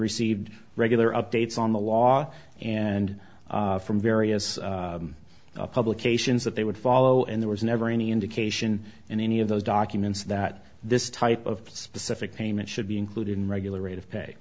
received regular updates on the law and from various publications that they would follow and there was never any indication in any of those documents that this type of specific payment should be included in regular rate of pay